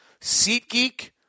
SeatGeek